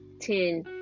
ten